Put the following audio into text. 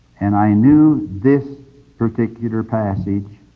and i knew this particular passage